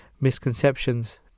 misconceptions